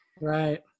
Right